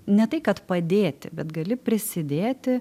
ne tai kad padėti bet gali prisidėti